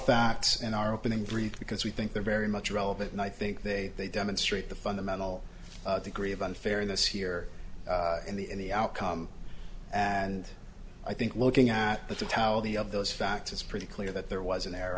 facts in our opening brief because we think they're very much relevant and i think they they demonstrate the fundamental degree of unfairness here in the in the outcome and i think looking at the totality of those facts it's pretty clear that there was an